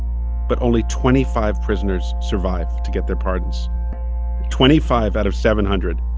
but only twenty five prisoners survive to get their pardons twenty five out of seven hundred